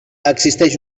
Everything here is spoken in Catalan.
existeix